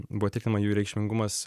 buvo tikrinama jų reikšmingumas